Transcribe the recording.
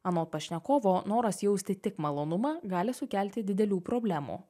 anot pašnekovo noras jausti tik malonumą gali sukelti didelių problemų